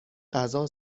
غذا